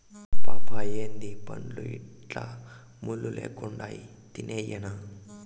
పాపా ఏందీ పండ్లు ఇట్లా ముళ్ళు లెక్కుండాయి తినేయ్యెనా